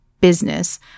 business